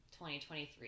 2023